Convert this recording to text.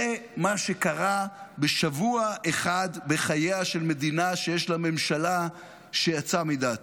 זה מה שקרה בשבוע אחד בחייה של מדינה שיש לה ממשלה שיצאה מדעתה,